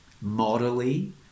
morally